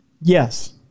Yes